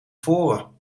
voren